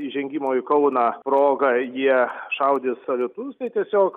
įžengimo į kauną proga jie šaudė saliutus tai tiesiog